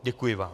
Děkuji vám.